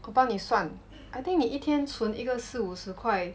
我帮你算 I think 你一天存一个四五十块